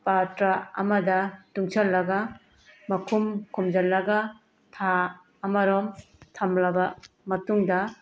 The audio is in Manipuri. ꯄꯥꯇ꯭ꯔ ꯑꯃꯗ ꯇꯨꯡꯁꯤꯜꯂꯒ ꯃꯈꯨꯝ ꯈꯨꯝꯖꯤꯜꯂꯒ ꯊꯥ ꯑꯃꯔꯣꯝ ꯊꯝꯂꯕ ꯃꯇꯨꯡꯗ